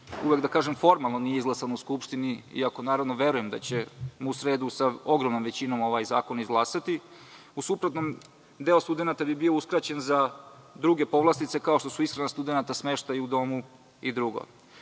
uvek nije formalno izglasan u Skupštini, iako verujem da ćemo u sredu sa ogromnom većinom ovaj zakon izglasati. U suprotnom, deo studenata bi bio uskraćen za druge povlastice, kao što su ishrana studenata, smeštaj u domu i drugo. Ovaj